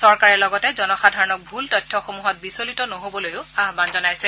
চৰকাৰে লগতে জনসাধাৰণক ভূল তথ্যসমূহত বিচলিত নহবলৈয়ো আহান জনাইছে